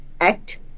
Act